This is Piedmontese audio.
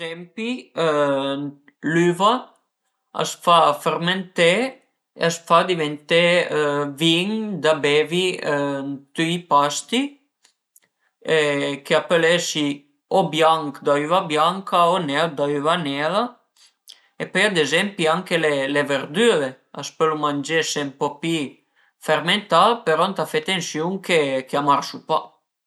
Ad ezempi l'üva a s'fa fermenté e a s'fa diventé vin da bevi tüti i pasti, ch'a pöl esi o bianch da üva bianca o neir da üva nera e pöi ad ezempi anche le verdüure a s'pölu mangese ën po pi fermentà però ëntà fe atansiun ch'a marsu pa